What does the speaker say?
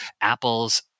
Apple's